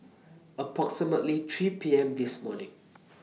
approximately three PM This morning